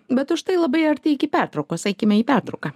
bet užtai labai arti iki pertraukos eikime į pertrauką